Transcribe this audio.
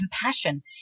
compassion